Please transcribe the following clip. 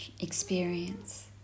experience